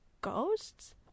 ghosts